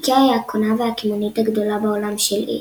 איקאה היא הקונה והקמעונאית הגדולה בעולם של עץ.